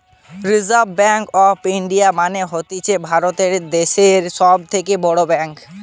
reserve bank of India মানে হতিছে ভারত দ্যাশের সব থেকে বড় ব্যাঙ্ক